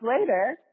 later